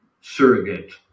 surrogate